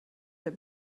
der